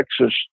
Texas